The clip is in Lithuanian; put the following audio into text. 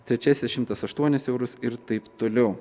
trečiasis šimtas aštuonis eurus ir taip toliau